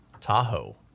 Tahoe